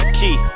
key